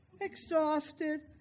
exhausted